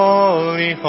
Holy